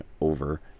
over